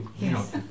Yes